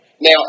Now